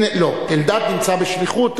לא, אלדד נמצא בשליחות.